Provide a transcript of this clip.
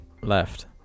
left